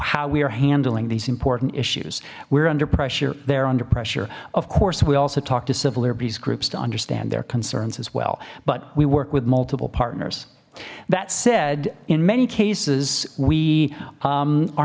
how we are handling these important issues we're under pressure they're under pressure of course we also talk to civil liberties groups to understand their concerns as well but we work with multiple partners that said in many cases we